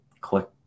click